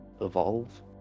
Evolve